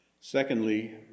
Secondly